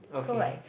okay